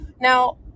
Now